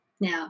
Now